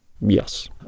Yes